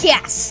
Yes